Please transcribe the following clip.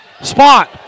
spot